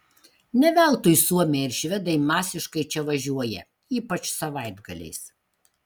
ne veltui suomiai ir švedai masiškai čia važiuoja ypač savaitgaliais